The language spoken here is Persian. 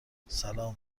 سلام